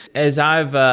as i've